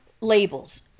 labels